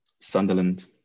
Sunderland